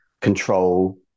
control